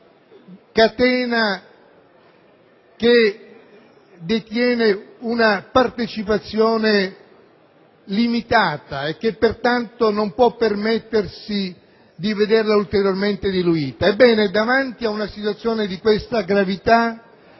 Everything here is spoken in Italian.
catena che detiene una partecipazione limitata e che pertanto non può permettersi di vederla ulteriormente diluita. Ebbene, davanti ad una situazione di questa gravità,